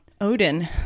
Odin